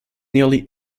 nearly